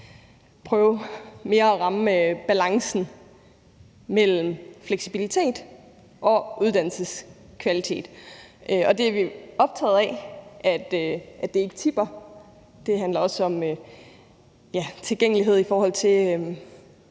prøve at ramme balancen mellem fleksibilitet og uddannelseskvalitet. Det er vi optaget af, altså at det ikke tipper. Det handler også om tilgængelighed, i forhold til